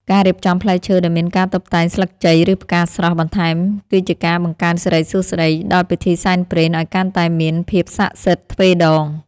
ការរៀបចំផ្លែឈើដោយមានការតុបតែងស្លឹកជ័យឬផ្កាស្រស់បន្ថែមគឺជាការបង្កើនសិរីសួស្តីដល់ពិធីសែនព្រេនឱ្យកាន់តែមានភាពស័ក្តិសិទ្ធិទ្វេដង។